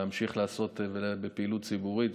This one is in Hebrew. להמשיך לעסוק בפעילות ציבורית.